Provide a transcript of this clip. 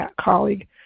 colleague